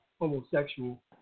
homosexual